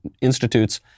institutes